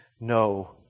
No